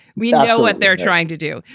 we all know what they're trying to do.